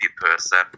person